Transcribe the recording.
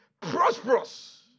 prosperous